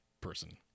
person